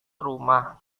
rumah